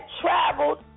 traveled